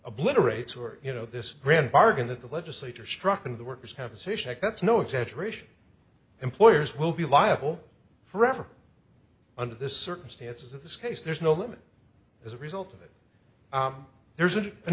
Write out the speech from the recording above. obliterates or you know this grand bargain that the legislature struck in the worker's compensation act that's no exaggeration employers will be liable forever under the circumstances of this case there's no limit as a result of that there